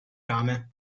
rame